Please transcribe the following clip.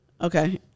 Okay